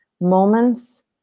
moments